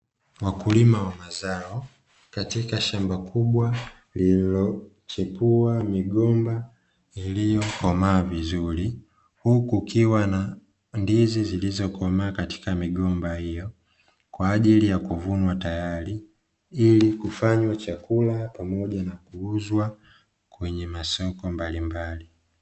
Wakulima wa mazao katika shamba kubwa lililochipua migomba iliyokomaa vizuri huku kukiwa na ndizi zilizokomaa katika migomba hiyo, kwa ajili ya kuvunwa tayari ilikufanya chakula pamoja na kuuzwa kwenye masoko mbalimbali.